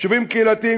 יישובים קהילתיים,